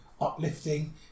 uplifting